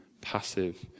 passive